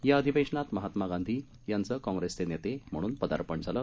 याअधिवेशनातमहात्मागांधीयांचंकाँग्रेसचे नेतेम्हणूनपदार्पणझालं